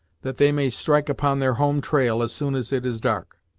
that they may strike upon their home trail as soon as it is dark.